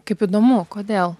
kaip įdomu kodėl